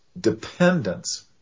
dependence